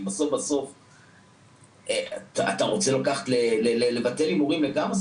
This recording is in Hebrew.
בסוף אתה רוצה לבטל הימורים לגמרי?